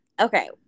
Okay